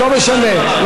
לא משנה.